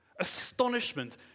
astonishment